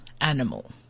animal